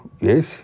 yes